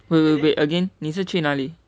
wait wait wait again 你是去哪里